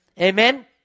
Amen